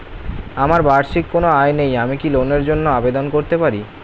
আমার বার্ষিক কোন আয় নেই আমি কি লোনের জন্য আবেদন করতে পারি?